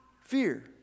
fear